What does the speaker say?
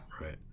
Right